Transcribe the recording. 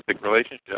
relationship